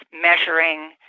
measuring